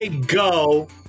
Go